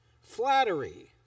flattery